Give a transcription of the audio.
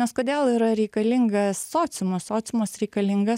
nes kodėl yra reikalingas sociumas sociumas reikalingas